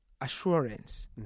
assurance